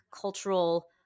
cultural